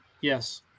Yes